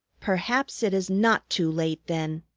perhaps it is not too late, then,